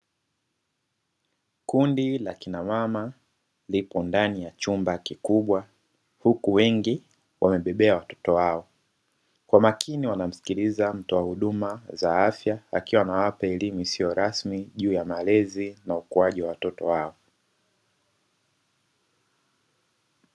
Kundi la akina mama lipo ndani ya chumba kikubwa huku wengi wamebebea watoto wao, kwa makini wanamsikiliza mtoa huduma za afya akiwa anawapa elimu juu ya malezi na makuzi ya watoto wao.